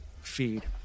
feed